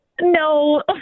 no